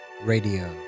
radio